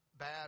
bad